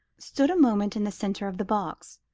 stood a moment in the centre of the box,